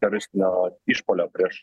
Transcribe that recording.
teroristinio išpuolio prieš